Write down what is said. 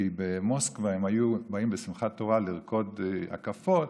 כי במוסקבה הם היו באים בשמחת תורה לרקוד הקפות